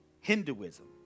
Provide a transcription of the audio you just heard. Hinduism